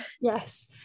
yes